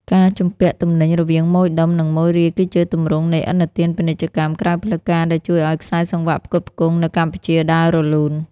ការជំពាក់ទំនិញរវាងម៉ូយដុំ និងម៉ូយរាយ គឺជាទម្រង់នៃឥណទានពាណិជ្ជកម្មក្រៅផ្លូវការដែលជួយឱ្យខ្សែសង្វាក់ផ្គត់ផ្គង់នៅកម្ពុជាដើររលូន។